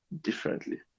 differently